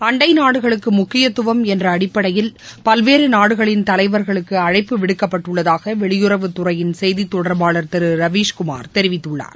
அண்டை நாடுகளுக்கு முக்கியத்துவம் என்ற அடிப்படையில் பல்வேறு நாடுகளின் தலைவா்களுக்கு அழைப்பு விடுக்கப்பட்டுள்ளதாக வெளியுறவு துறையின் செய்தி தொடர்பாளர் திரு ரவீஸ்குமார் தெரிவித்துள்ளார்